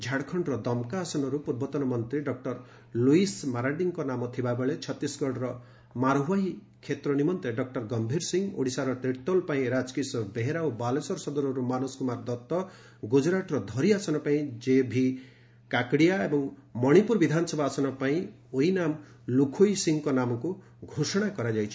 ଝାଡଖଣର 'ଦମ୍କା' ଆସନରୁ ପୂର୍ବତନ ମନ୍ତ୍ରୀ ଡକ୍ଟର ଲୁଇସ୍ ମାରାଣ୍ଡିଙ୍କ ନାମ ଥିବାବେଳେ ଛତିଶଗଡର ମାରଓ୍ୱାହି କ୍ଷେତ୍ର ନିମନ୍ତେ ଡକ୍କର ଗ୍ୟୀର ସିଂ ଓଡିଶାର ତିର୍ତ୍ତୋଲ ପାଇଁ ରାଜକିଶୋର ବେହେରା ଓ ବାଲେଶ୍ୱର ସଦରରୁ ମାନସ କୁମାର ଦତ୍ତ ଗୁଜରାଟର 'ଧରି' ଆସନ ପାଇଁ କେଭି କାକଡିଆ ଏବଂ ମଣିପୁର ବିଧାନସଭା ଆସନ ପାଇଁ ଓଇନାମ୍ ଲୁଖୋଇ ସିଂଙ୍କ ନାମକୁ ଘୋଷଣା କରାଯାଇଛି